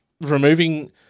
removing